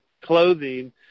clothing